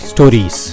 Stories